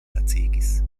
lacigis